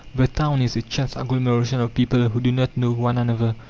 the town is a chance agglomeration of people who do not know one another,